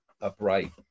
upright